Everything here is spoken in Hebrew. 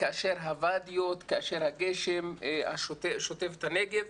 כאשר הגשם שוטף את הנגב,